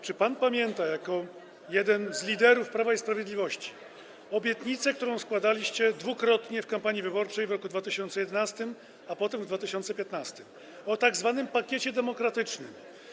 Czy pan pamięta jako jeden z liderów Prawa i Sprawiedliwości obietnicę, którą składaliście dwukrotnie w kampanii wyborczej, w roku 2011, a potem w roku 2015, tę o tzw. pakiecie demokratycznym?